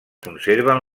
conserven